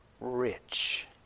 rich